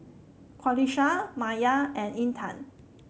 Qalisha Maya and Intan